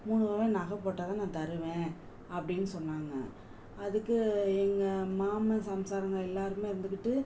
மூணு பவுன் நகை போட்டால் தான் நான் தருவேன் அப்படின்னு சொன்னாங்கள் அதுக்கு எங்கள் மாமன் சம்சாரங்க எல்லாருமே இருந்துட்டு